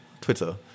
Twitter